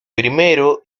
primero